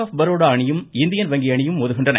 ்ப் பரோடா அணியும் இந்தியன் வங்கி அணியும் மோதுகின்றன